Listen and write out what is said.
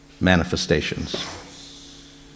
manifestations